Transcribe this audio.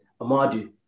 Amadu